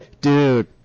Dude